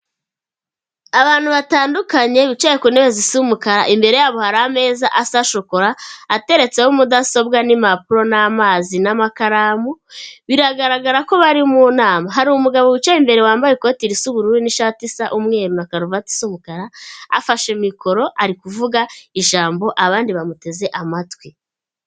Abantu batandukanye bicaye ku ntebe isa umukara, imbere yabo hari ameza asa shokora ateretseho mudasobwa n'impapuro n'amazi n'amakaramu, biragaragara ko bari mu nama. Hari umugabo wicaye imbere wambaye ikoti risa ubururu n'ishati isa umweru na karuvati isa umukara, afashe mikoro ari kuvuga ijambo abandi bamuteze amatwi.